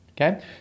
okay